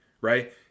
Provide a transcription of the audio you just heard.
right